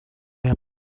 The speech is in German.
der